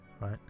right